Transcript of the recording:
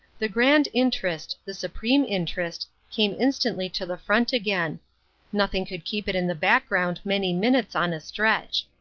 the grand interest, the supreme interest, came instantly to the front again nothing could keep it in the background many minutes on a stretch.